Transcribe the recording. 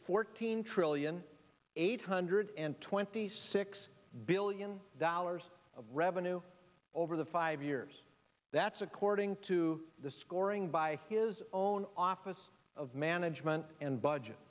fourteen trillion eight hundred and twenty six billion dollars of revenue over the five years that's according to the scoring by his own office of management and budget